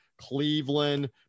Cleveland